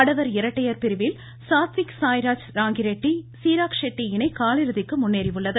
ஆடவர் இரட்டையர் பிரிவில் சாத்விக்சாய்ராஜ் ராங்கி ரெட்டி சிராக் ஷெட்டி இணை காலிறுதிக்கு முன்னேறியுள்ளது